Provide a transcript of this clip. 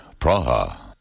Praha